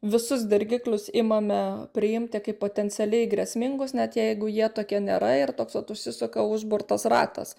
visus dirgiklius imame priimti kaip potencialiai grėsmingus net jeigu jie tokie nėra ir toks vat užsisuka užburtas ratas